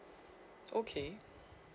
okay